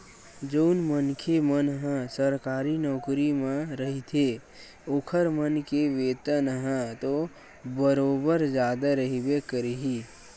जउन मनखे मन ह सरकारी नौकरी म रहिथे ओखर मन के वेतन ह तो बरोबर जादा रहिबे करही